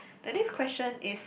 the next question is